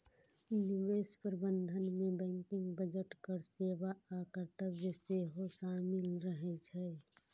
निवेश प्रबंधन मे बैंकिंग, बजट, कर सेवा आ कर्तव्य सेहो शामिल रहे छै